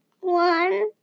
One